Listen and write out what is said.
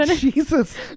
Jesus